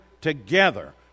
together